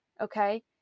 Okay